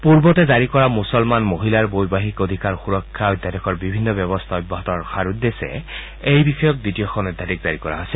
পূৰ্বতে জাৰি কৰা মুছলমান মহিলাৰ বৈবাহিক অধিকাৰ সূৰক্ষা অধ্যাদেশৰ বিভিন্ন ব্যৱস্থা অব্যাহত ৰখাৰ উদ্দেশ্যে এই বিষয়ক দ্বিতীয়খন অধ্যাদেশ জাৰি কৰা হৈছে